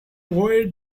where